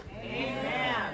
Amen